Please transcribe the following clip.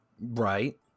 Right